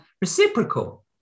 reciprocal